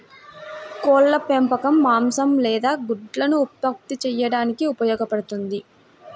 కోళ్ల పెంపకం మాంసం లేదా గుడ్లను ఉత్పత్తి చేయడానికి ఉపయోగపడుతుంది